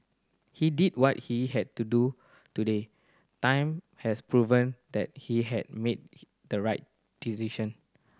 he did what he had to do today time has proven that he had made the right decision